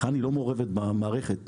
חנ"י לא מעורבת במערכת.